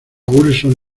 wilson